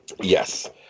Yes